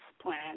plan